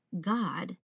God